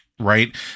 Right